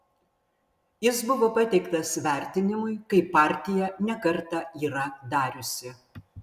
jis buvo pateiktas vertinimui kaip partija ne kartą yra dariusi